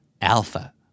alpha